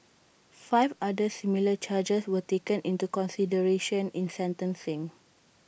five other similar charges were taken into consideration in sentencing